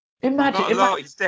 imagine